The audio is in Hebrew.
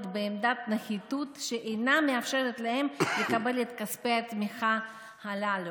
בעמדת נחיתות שאינה מאפשרת להם לקבל את כספי התמיכה הללו.